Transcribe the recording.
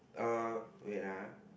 uh wait ah